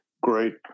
Great